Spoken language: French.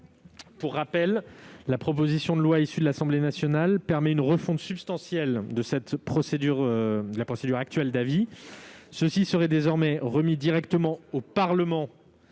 Pour rappel, la proposition de loi transmise par l'Assemblée nationale permet une refonte substantielle de la procédure actuelle : les avis seraient désormais remis directement au Parlement